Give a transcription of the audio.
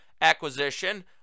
acquisition